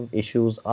issues